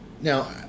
Now